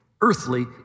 earthly